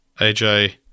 AJ